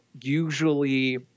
usually